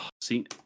See